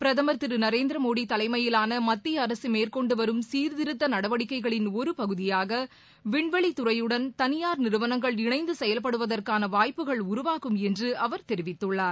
பிரதமர் திரு நரேந்திர மோடி தலைமையிலான மத்திய அரசு மேற்கொண்டுவரும் சீர்திருத்த நடவடிக்கைகளின் ஒரு பகுதியாக விண்வெளி துறையுடன் தனியார் நிறுவனங்கள் இணைந்து செயல்படுவதற்கான வாய்ப்புகள் உருவாகும் என்று அவர் தெரிவித்துள்ளார்